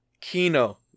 kino